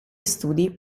studi